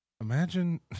Imagine